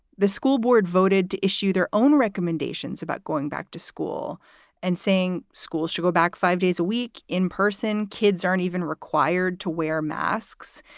the school board voted to issue their own recommendations about going back to school and saying schools should go back five days a week in person. kids aren't even required to wear masks.